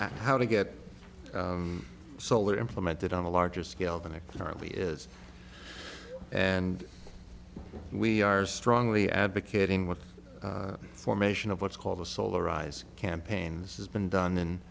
how to get solar implemented on a larger scale than it currently is and we are strongly advocating with the formation of what's called the solar rise campaign this is been done in